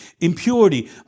Impurity